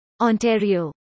Ontario